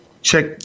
check